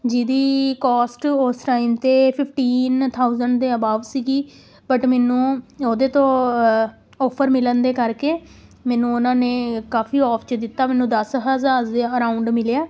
ਜਿਹਦੀ ਕੋਸਟ ਉਸ ਟਾਈਮ 'ਤੇ ਫਿਫਟੀਨ ਥਾਊਂਜੈਂਟ ਦੇ ਅਬਾਊਟ ਸੀਗੀ ਬਟ ਮੈਨੂੰ ਉਹਦੇ ਤੋਂ ਔਫਰ ਮਿਲਣ ਦੇ ਕਰਕੇ ਮੈਨੂੰ ਉਹਨਾਂ ਨੇ ਕਾਫੀ ਔਫ 'ਚ ਦਿੱਤਾ ਮੈਨੂੰ ਦਸ ਹਜ਼ਾਰ ਦੇ ਅਰਾਊਂਡ ਮਿਲਿਆ